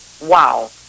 wow